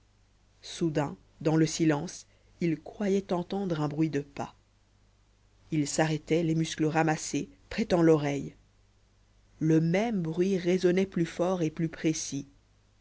soudain dans le silence il croyait entendre un bruit de pas il s'arrêtait les muscles ramassés prêtant l'oreille le même bruit résonnait plus fort et plus précis